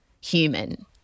human